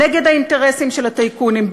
נגד האינטרסים של הטייקונים,